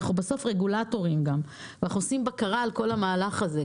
אנחנו בסוף רגולטורים ואנחנו עושים בקרה על כל המהלך הזה,